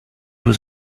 was